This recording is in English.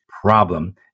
problem